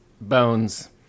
bones